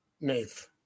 Nath